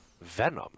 Venom